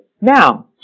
Now